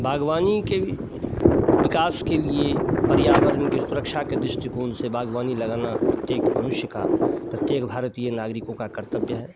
बागवानी के विकास के लिए पर्यावरण के सुरक्षा के दृष्टिकोण से बागवानी लगाना प्रत्येक मनुष्य का प्रत्येक भारतीय नागरिकों का कर्तव्य है